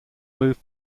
moved